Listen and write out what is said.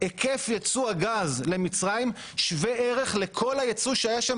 היקף יצוא הגז למצרים שווה ערך לכל היצוא שהיה שם